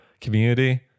community